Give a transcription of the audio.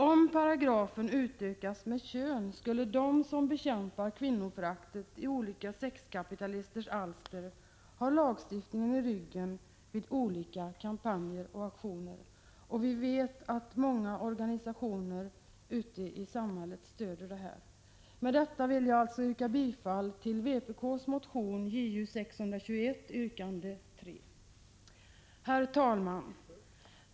Om paragrafen utökas med ”kön” skulle de som bekämpar kvinnoföraktet i olika sexkapitalisters alster ha lagstiftningen i ryggen vid olika kampanjer och aktioner. Många organisationer ute i samhället stöder detta krav. Med detta vill jag yrka bifall till vpk:s motion Ju621 yrkande 3. Herr talman!